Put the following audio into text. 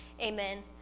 Amen